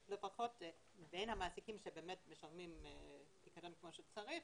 בין המעסיקים שבאמת משלמים פיקדון כמו שצריך,